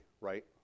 right